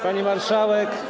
Pani Marszałek!